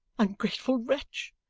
ungrateful wretch!